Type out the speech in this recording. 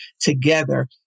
together